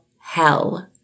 hell